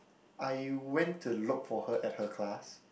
I went to look for her at her class